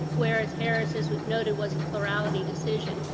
whereas harris, as we've noted, was a plurality decision.